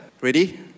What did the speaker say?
ready